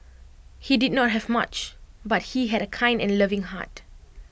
he did not have much but he had A kind and loving heart